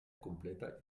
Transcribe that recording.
completa